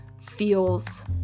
feels